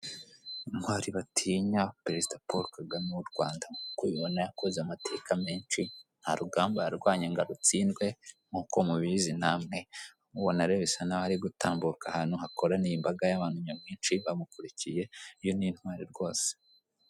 Intwari batinya perezida Paul Kagame w' u Rwanda nk'uko ubibonana yakoze amateka menshi ntarugamba yarwanye ngo arutsindwe nk'uko mubizi namwe uramubona rero bisa n'aho ari gutambuka ahantu hakoraniye imbaga y'abantu nyamwinshi bamukurikiye iyo ni intwari rwose.